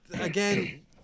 Again